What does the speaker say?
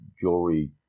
jewelry